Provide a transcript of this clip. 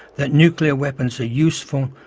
that nuclear weapons are useful,